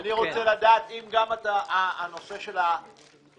אני רוצה לדעת האם גם הנושא של התיירות,